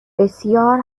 بسیار